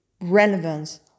relevance